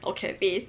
or cafes